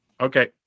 Okay